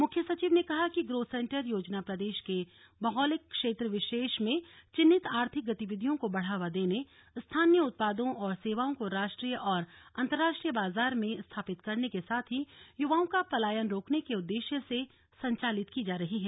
मुख्य सचिव ने कहा कि ग्रोथ सेंटर योजना प्रदेश के भौगोलिक क्षेत्र विशेष में चिन्हित आर्थिक गतिविधियों को बढ़ावा देने स्थानीय उत्पादों और सेवाओं को राष्ट्रीय और अन्तर्राष्ट्रीय बाजार में स्थापित करने के साथ ही युवाओं का पलायन रोकने के उद्देश्य से संचालित की जा रही है